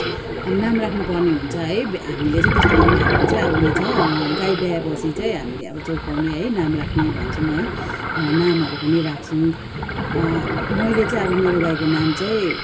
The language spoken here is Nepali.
अब नाम राख्नुपर्ने हुन्छ है हामीले चाहिँ है त्यस्तो खालके हामीले चाहिँ अब उयो छ गाई ब्याएपछि चाहिँ हामीले अब चोख्याउने नाम राख्ने भन्छौँ है नामहरू पनि राख्छौँ मैले चाहिँ अब मेरो गाईको नाम चाहिँ